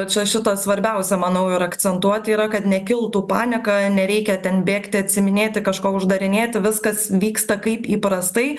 čia šitą svarbiausia manau ir akcentuot yra kad nekiltų panika nereikia ten bėgti atsiiminėti kažko uždarinėti viskas vyksta kaip įprastai